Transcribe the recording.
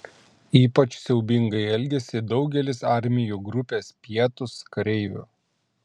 ypač siaubingai elgėsi daugelis armijų grupės pietūs kareivių